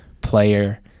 player